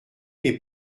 est